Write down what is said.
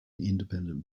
independent